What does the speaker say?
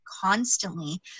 constantly